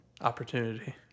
Opportunity